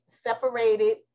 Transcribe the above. separated